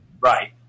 Right